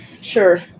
Sure